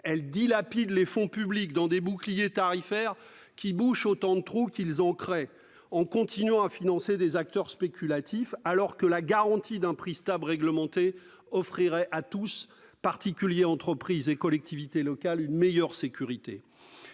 Elle dilapide les fonds publics dans des boucliers tarifaires, qui créent autant de trous qu'ils n'en bouchent, tout en continuant à financer des acteurs spéculatifs, alors que la garantie d'un prix stable réglementé offrirait à tous, particuliers, entreprises et collectivités locales, une meilleure sécurité.